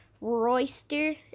Royster